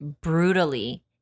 Brutally